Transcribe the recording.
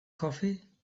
coffee